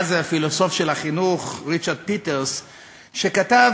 הפילוסוף של החינוך ריצ'רד פיטרס כתב